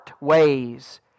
ways